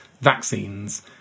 vaccines